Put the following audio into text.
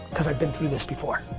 cause i've been through this before.